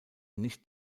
nicht